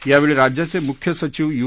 यावेळी राज्याचे मुख्य सचिव यू